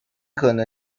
可能